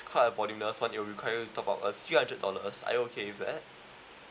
quite one you require top up a few hundred dollars are you okay with that